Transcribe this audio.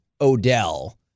Odell